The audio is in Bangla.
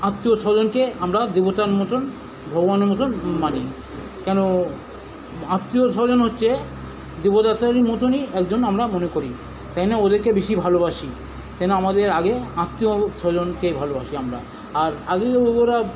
আত্মীয় স্বজনকে আমরা দেবতার মতন ভগবানের মতন মানি কেন আত্মীয় স্বজন হচ্ছে দেবতাদের মতনই একজন আমরা মনে করি তাই জন্য ওদেরকে বেশি ভালোবাসি কেন আমাদের আগে আত্মীয় স্বজনকে ভালোবাসি আমরা আর আগেই ও ওরা